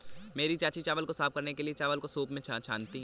मेरी मामी चावल को साफ करने के लिए, चावल को सूंप में छानती हैं